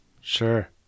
Sure